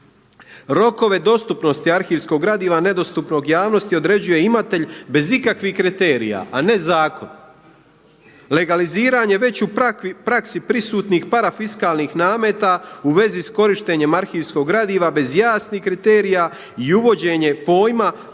Rokove dostupnosti arhivskog gradiva nedostupnog javnosti određuje imatelj bez ikakvih kriterija, a ne zakon. Legaliziranje već u praksi prisutnih parafiskalnih nameta u vezi s korištenjem arhivskog gradiva bez jasnih kriterija i uvođenje pojma